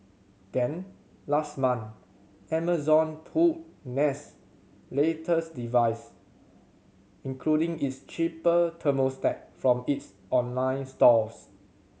then last month Amazon pulled Nest latest device including its cheaper thermostat from its online stores